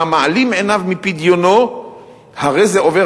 והמעלים עיניו מפדיונו הרי זה עובר